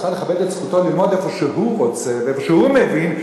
את צריכה לכבד את זכותו ללמוד איפה שהוא רוצה ואיפה שהוא מבין,